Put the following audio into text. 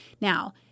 Now